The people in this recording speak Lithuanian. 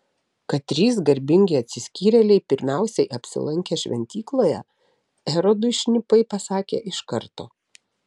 kad trys garbingi atsiskyrėliai pirmiausiai apsilankė šventykloje erodui šnipai pasakė iš karto